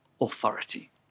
authority